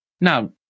Now